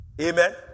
Amen